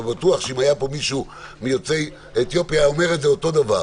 ובטוח שאם היה פה מישהו מיוצאי אתיופיה הוא היה אומר את זה אותו דבר.